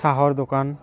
চাহৰ দোকান